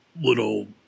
little